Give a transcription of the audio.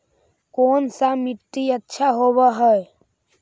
कोन सा मिट्टी अच्छा होबहय?